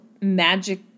magic